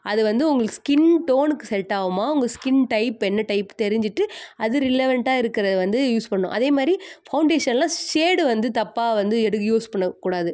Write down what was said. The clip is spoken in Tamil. அது வந்து உங்களுக்கு ஸ்கின் டோனுக்கு செட் ஆகுமா உங்கள் ஸ்கின் டைப் என்ன டைப் தெரிஞ்சுட்டு அது ரிலவெண்ட்டாக இருக்கறதை வந்து யூஸ் பண்ணணும் அதே மாதிரி ஃபவுண்டேஷனில் ஷேடு வந்து தப்பாக வந்து எதுவும் யூஸ் பண்ணக்கூடாது